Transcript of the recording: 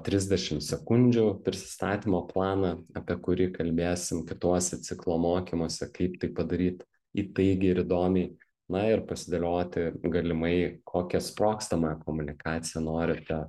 trisdešim sekundžių prisistatymo planą apie kurį kalbėsim kituose ciklo mokymuose kaip tai padaryt įtaigiai ir įdomiai na ir pasidėlioti galimai kokią sprogstamą komunikaciją norite